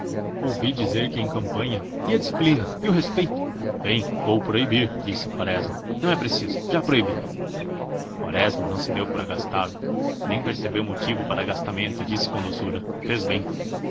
ouvi dizer que em campanha e a disciplina e o respeito bem vou proibir disse quaresma não é preciso já proibi quaresma não se deu por agastado não percebeu motivo para agastamento e disse com doçura fez bem